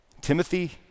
Timothy